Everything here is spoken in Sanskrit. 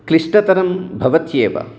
क्लिष्टतरं भवत्येव